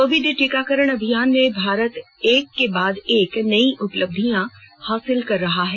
Covid टीकाकरण अभियान में भारत एक के बाद एक नई उपलब्धियां हासिल कर रहा है